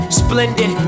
splendid